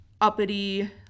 uppity